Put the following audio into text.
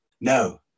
No